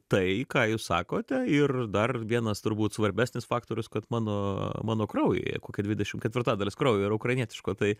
tai ką jūs sakote ir dar vienas turbūt svarbesnis faktorius kad mano mano kraujuje kokia dvidešim ketvirta dalis kraujo yra ukrainietiško tai